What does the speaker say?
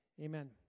amen